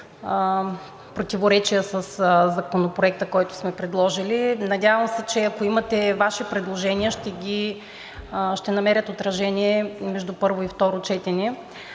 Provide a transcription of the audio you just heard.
противоречия със Законопроекта, който сме предложили. Надявам се, че ако имате Ваши предложения, ще намерят отражение между първо и второ четене